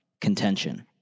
contention